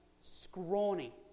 scrawny